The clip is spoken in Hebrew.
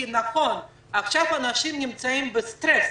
נכון, עכשיו אנשים נמצאים בסטרס,